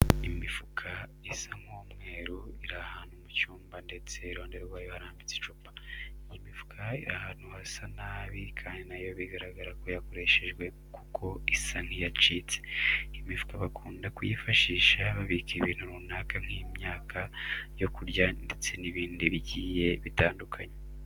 Imifuka isa nk'umweru iri ahantu mu cyumba ndetse iruhande rwayo harambitse icupa. Iyi mifuka iri ahantu hasa nabi kandi na yo biragaragara ko yakoreshejwe kuko isa nk'iyacitse. Imifuka bakunda kuyifashisha babika ibintu runaka nk'imyaka yo kurya ndetse n'ibindi bigiye bitandukanye.